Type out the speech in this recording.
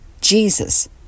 Jesus